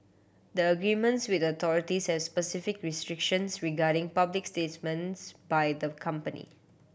the agreements with the authorities has specific restrictions regarding public statements by the company